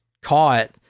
caught